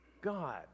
God